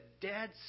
dead